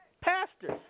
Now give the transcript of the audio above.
pastors